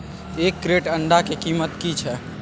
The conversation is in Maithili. एक क्रेट अंडा के कीमत की छै?